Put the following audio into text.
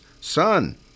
son